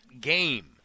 game